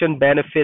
benefit